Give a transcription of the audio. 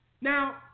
Now